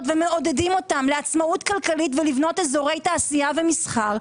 ומעודדים אותם לעצמאות כלכלית ולבנות אזורי תעשייה ומסחר,